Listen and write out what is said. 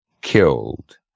killed